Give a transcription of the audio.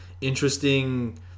interesting